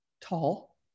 tall